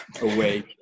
away